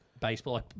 baseball